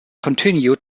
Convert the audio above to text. continued